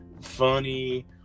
funny